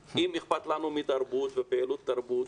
נכון, אם אכפת לנו מתרבות ומפעילות תרבות.